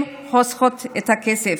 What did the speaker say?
הם חוסכים את הכסף.